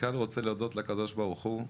מכאן רוצה להודות לקדוש ברוך הוא שחיבר,